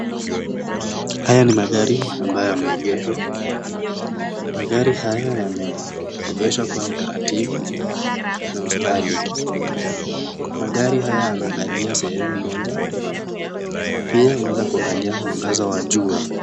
Haya ni magari ambayo yameegeshwa. Magari haya yameegeshwa kwa utaratibu na ustadi .Magari haya yanaangalia sehemu moja pia unaweza kuangalia mwangaza wa jua.